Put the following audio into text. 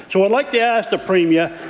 so would like to ask the premier,